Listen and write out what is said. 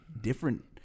different